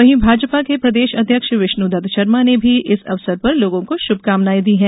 वहीं भाजपा के प्रदेश अध्यक्ष विष्णुदत्त शर्मा ने भी इस अवसर पर लोगों को शुभकामनाएं दी हैं